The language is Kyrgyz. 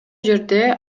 жерде